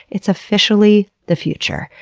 it's officially the future.